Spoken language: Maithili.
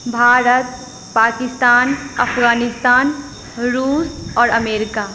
भारत पाकिस्तान अफगानिस्तान रुस आओर अमेरिका